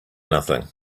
nothing